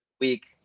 week